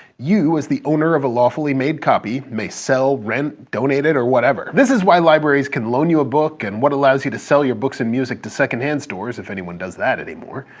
you, as the owner of a lawfully made copy may sell, rent, donate it, or whatever. this is why libraries can loan you a book and what allows you to sell your books and music to secondhand stores, if anyone does that anymore.